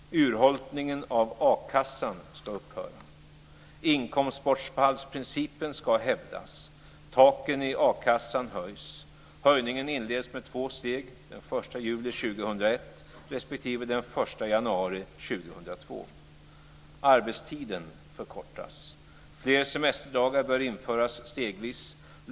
· Urholkningen av a-kassan ska upphöra. Inkomstbortfallsprincipen ska hävdas. Taken i a-kassan höjs. Höjningen inleds med två steg: den 1 juli · Arbetstiden förkortas. Fler semesterdagar bör införas stegvis.